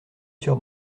sur